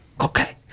Okay